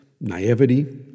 naivety